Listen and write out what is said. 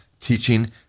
teaching